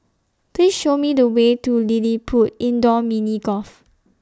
Please Show Me The Way to LilliPutt Indoor Mini Golf